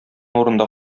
урында